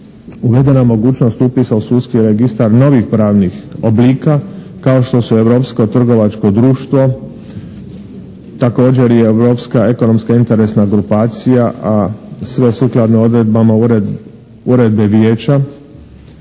uvedena mogućnost upisa u sudski registar novih pravnih oblika, kao što su europsko trgovačko društvo. Također i europska ekonomska interesna grupacija, a sve sukladno odredbama Uredbe vijeća.